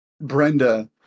Brenda